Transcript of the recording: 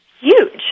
huge